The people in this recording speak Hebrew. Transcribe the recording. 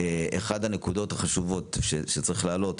שאחת הנקודות החשובות שצריך להעלות,